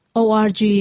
org